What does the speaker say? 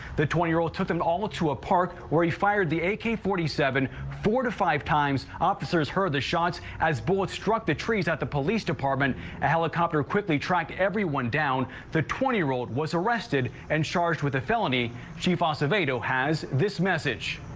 the twenty year-old took them all to a park where he fired the a k forty seven four to five times officers heard the shots as board struck the trees at the police department ah helicopter quickly track everyone down the twenty year-old was arrested and charged with a felony chief acevedo has this message.